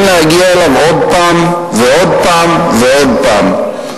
להגיע אליו עוד פעם ועוד פעם ועוד פעם.